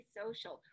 social